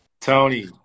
tony